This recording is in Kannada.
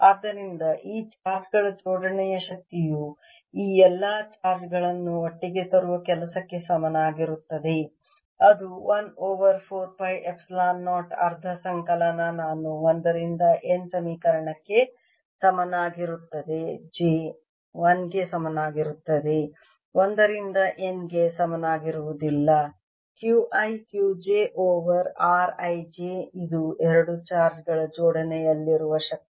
ಆದ್ದರಿಂದ ಈ ಚಾರ್ಜ್ ಗಳ ಜೋಡಣೆಯ ಶಕ್ತಿಯು ಈ ಎಲ್ಲಾ ಚಾರ್ಜ್ಗಳನ್ನು ಒಟ್ಟಿಗೆ ತರುವ ಕೆಲಸಕ್ಕೆ ಸಮನಾಗಿರುತ್ತದೆ ಅದು 1 ಓವರ್ 4 ಪೈ ಎಪ್ಸಿಲಾನ್ 0 ಅರ್ಧ ಸಂಕಲನ ನಾನು 1 ರಿಂದ N ಸಮೀಕರಣಕ್ಕೆ ಸಮನಾಗಿರುತ್ತದೆ j 1 ಗೆ ಸಮನಾಗಿರುತ್ತದೆ 1 ರಿಂದ N ಗೆ ಸಮನಾಗಿರುವುದಿಲ್ಲ Q i Q j over r i j ಇದು ಎರಡು ಚಾರ್ಜ್ ಗಳ ಜೋಡಣೆಯಲ್ಲಿರುವ ಶಕ್ತಿ